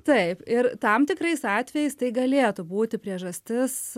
taip ir tam tikrais atvejais tai galėtų būti priežastis